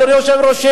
אדוני היושב-ראש,